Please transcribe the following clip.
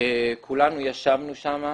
כולנו ישבנו שם.